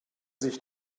sich